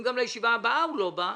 אם גם לישיבה הבאה הוא לא מגיע,